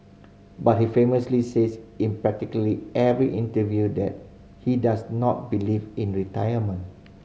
but he famously says in practically every interview that he does not believe in retirement